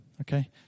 okay